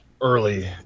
early